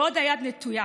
ועוד היד נטויה.